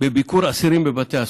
בביקור אסירים בבתי הסוהר.